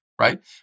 right